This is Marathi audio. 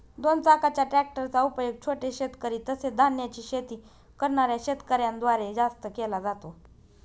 दोन चाकाच्या ट्रॅक्टर चा उपयोग छोटे शेतकरी, तसेच धान्याची शेती करणाऱ्या शेतकऱ्यांन द्वारे जास्त केला जातो